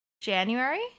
January